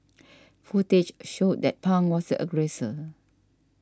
footage showed that Pang was a aggressor